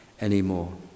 anymore